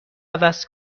عوض